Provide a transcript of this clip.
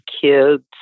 kids